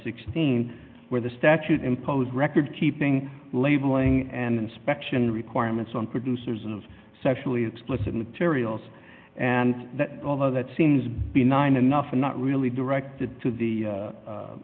sixteen where the statute imposed record keeping labeling and inspection requirements on producers of sexually explicit materials and that although that seems benign enough not really directed to the